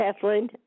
Kathleen